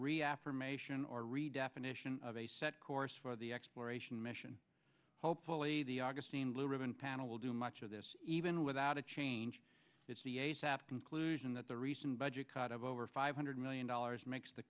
reaffirmation or redefinition of a set course for the exploration mission hopefully the augustine blue ribbon panel will do much of this even without a change the conclusion that the recent budget cut of over five hundred million dollars makes the